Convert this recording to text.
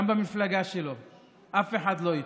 גם במפלגה שלו אף אחד לא איתו.